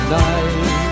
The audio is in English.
night